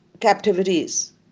captivities